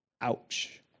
Ouch